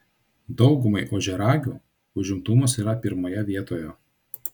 daugumai ožiaragių užimtumas yra pirmoje vietoje